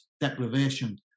deprivation